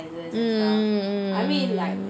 mm